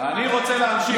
אני רוצה להמשיך.